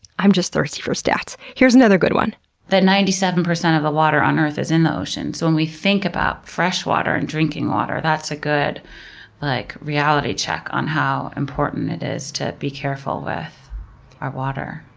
i'm just thirsty for stats. here's another good one ninety seven percent of the water on earth is in the ocean, so when we think about freshwater and drinking water, that's a good like reality check on how important it is to be careful with our water.